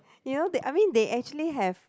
you know that I mean they actually have